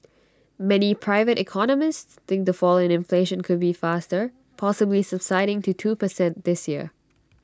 many private economists think the fall in inflation could be faster possibly subsiding to two per cent this year